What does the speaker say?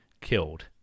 killed